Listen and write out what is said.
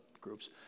groups